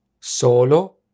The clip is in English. solo